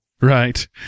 Right